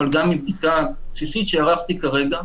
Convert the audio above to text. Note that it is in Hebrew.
אבל גם מבדיקה בסיסית שערכתי כרגע.